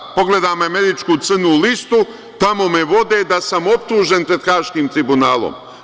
Kada pogledam američku crnu listu, tamo me vode da sam optužen pred Haškim tribunalom.